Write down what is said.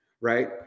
right